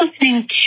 listening